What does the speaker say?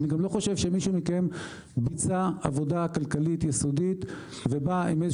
אני גם לא חושב שמישהו מכם ביצע עבודה כלכלית יסודית ובא עם איזה